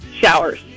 Showers